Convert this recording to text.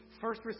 first